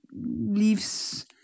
leaves